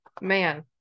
Man